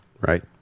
Right